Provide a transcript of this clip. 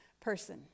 person